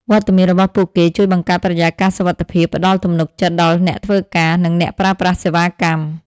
វត្តមានរបស់ពួកគេជួយបង្កើតបរិយាកាសសុវត្ថិភាព ផ្ដល់ទំនុកចិត្តដល់អ្នកធ្វើការ និងអ្នកប្រើប្រាស់សេវាកម្ម។